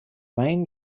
main